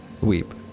Weep